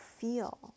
feel